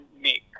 make